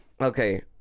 Okay